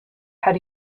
had